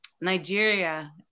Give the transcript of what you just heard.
Nigeria